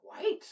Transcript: white